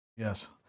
Yes